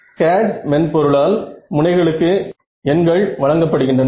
CAD மென்பொருளால் முனைகளுக்கு எண்கள் வழங்கப்படுகின்றன